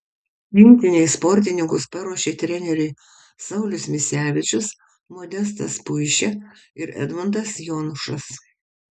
rinktinei sportininkus paruošė treneriai saulius misevičius modestas puišė ir edmundas jonušas